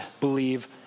believe